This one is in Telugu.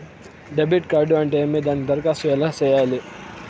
డెబిట్ కార్డు అంటే ఏమి దానికి దరఖాస్తు ఎలా సేయాలి